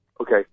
Okay